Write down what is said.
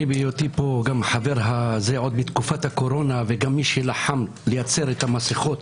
בהיותו חבר עוד בתקופת הקורונה וכמי שלחם לייצר את המסכות